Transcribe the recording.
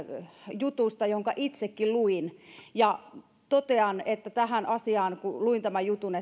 jutusta jonka itsekin luin totean että tähän asiaan luin tämän jutun